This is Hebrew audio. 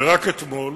ורק אתמול